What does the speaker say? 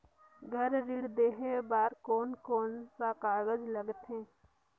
घर ऋण लेहे बार कोन कोन सा कागज लगथे?